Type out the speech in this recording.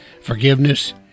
Forgiveness